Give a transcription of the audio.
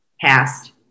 past